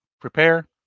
prepare